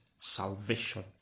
Salvation